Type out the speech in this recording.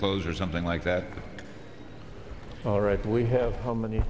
close or something like that all right we have so many